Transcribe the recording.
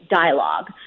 dialogue